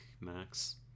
max